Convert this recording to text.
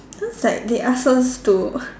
then it's like they ask us to